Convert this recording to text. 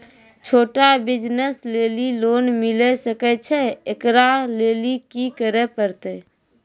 छोटा बिज़नस लेली लोन मिले सकय छै? एकरा लेली की करै परतै